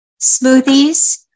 Smoothies